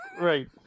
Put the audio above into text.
right